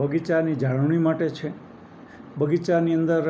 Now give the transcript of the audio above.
બગીચાની જાળવણી માટે છે બગીચાની અંદર